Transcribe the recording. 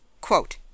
Quote